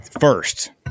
first